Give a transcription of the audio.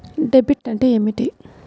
Debit అంటే ఏమిటి?